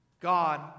God